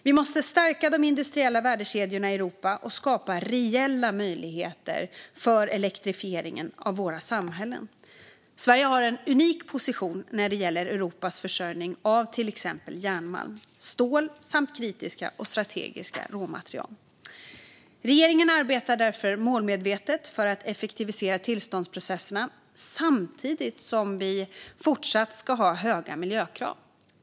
Vi måste stärka de industriella värdekedjorna i Europa och skapa reella möjligheter för elektrifieringen av våra samhällen. Sverige har en unik position när det gäller Europas försörjning av till exempel järnmalm, stål samt kritiska och strategiska råmaterial. Regeringen arbetar därför målmedvetet för att effektivisera tillståndsprocesserna, samtidigt som vi ska ha fortsatt höga miljökrav.